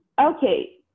Okay